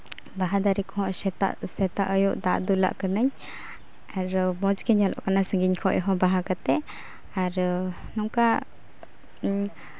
ᱵᱟᱦᱟ ᱫᱟᱨᱮ ᱠᱚᱦᱚᱸ ᱥᱮᱛᱟᱜᱼᱥᱮᱛᱟᱜ ᱟᱹᱭᱩᱵ ᱫᱟᱜ ᱫᱩᱞᱟᱜ ᱠᱟᱹᱱᱟᱹᱧ ᱟᱨ ᱢᱚᱡᱽ ᱜᱮ ᱧᱮᱞᱚᱜ ᱠᱟᱱᱟ ᱥᱟᱺᱜᱤᱧ ᱠᱷᱚᱱ ᱦᱚᱸ ᱵᱟᱦᱟ ᱠᱟᱛᱮᱫ ᱟᱨ ᱱᱚᱝᱠᱟ